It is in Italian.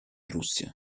russia